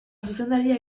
zuzendaria